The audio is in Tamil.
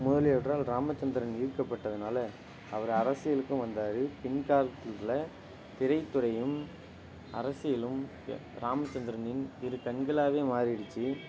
முதலியவற்றால் ராமச்சந்திரன் ஈர்க்கப்பட்டதுனால அவரு அரசியலுக்கும் வந்தார் ஃபின் கார்ப் ஃபீல்டில் திரைத்துறையும் அரசியலும் ராமச்சந்திரனின் இரு கண்களாகவே மாறிடுச்சு